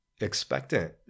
expectant